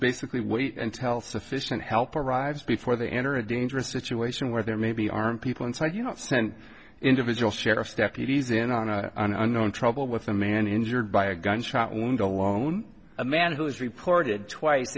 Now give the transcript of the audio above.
basically wait and tell sufficient help arrives before they enter a dangerous situation where there may be armed people inside you don't send individual sheriff's deputies in on a on a known trouble with a man injured by a gunshot wound alone a man who's reported twice